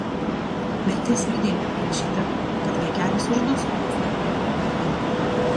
mirties liudijime parašyta kad vaikelis užduso sako neringa eimutienė